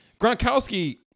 Gronkowski